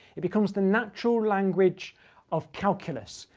it becomes the natural language of calculus.